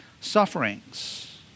sufferings